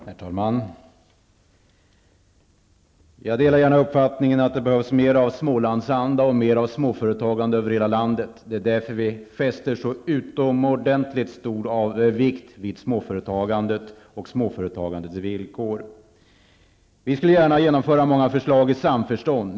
Herr talman! Jag delar gärna uppfattningen att det behövs mera av Smålandsanda och små företagande i hela landet. Det är därför vi fäster så utomordentligt stor vikt vid småföretagandet och dess villkor. Vi skulle gärna genomföra många förslag i samförstånd.